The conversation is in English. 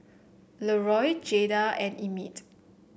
Leroy Jayda and Emit